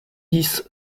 dix